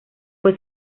fue